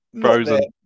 frozen